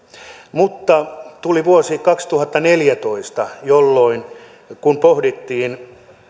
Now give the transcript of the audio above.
mutta tuli vuosi kaksituhattaneljätoista jolloin kun pohdittiin